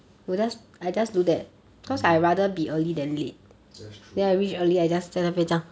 that's true